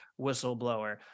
whistleblower